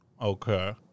Okay